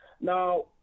Now